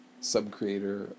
sub-creator